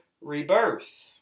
rebirth